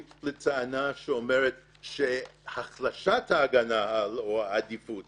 לטענה שאומרת שהחלשת ההגנה או העדיפות